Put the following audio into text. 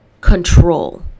control